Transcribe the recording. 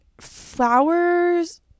flowers